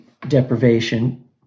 deprivation